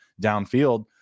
downfield